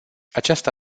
această